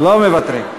לא מוותרים.